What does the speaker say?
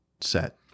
set